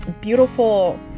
beautiful